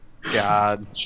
god